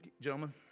gentlemen